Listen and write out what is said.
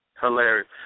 Hilarious